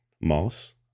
Moss